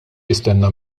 jistenna